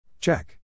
Check